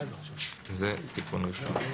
זה התיקון הראשון.